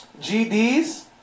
GDs